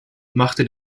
machte